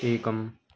एकम्